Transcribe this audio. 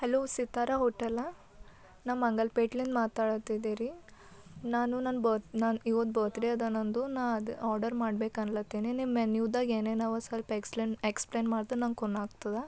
hello Sitara ಹೋಟೆಲ್ಲಾ ನಾ ಮಂಗಲ್ಪೇಟ್ಲಿಂದ ಮಾತಾಡತ್ತಿದ್ದೆ ರಿ ನಾನು ನನ್ನ ಬತ್ ನನ್ನ ಇವತ್ತು ಬರ್ತ್ಡೇ ಅದ ನಂದು ನಾ ಅದು ಆರ್ಡರ್ ಮಾಡ್ಬೇಕು ಅನ್ನಾತ್ತೀನಿ ನಿಮ್ಮ ಮೆನ್ಯುದಾಗ ಏನೇನವ ಸ್ವಲ್ಪ ಎಕ್ಸ್ಲೇನ್ ಎಕ್ಸ್ಪ್ಲೇನ್ ಮಾಡ್ದ್ರೆ ನಂಗೆ ಕೂನ ಆಗ್ತದೆ